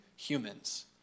humans